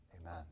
Amen